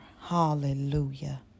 Hallelujah